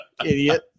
Idiot